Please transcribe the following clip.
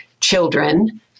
children